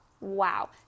wow